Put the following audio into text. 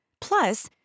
Plus